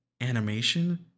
animation